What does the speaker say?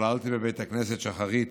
התפללתי בבית הכנסת שחרית